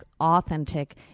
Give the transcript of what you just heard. authentic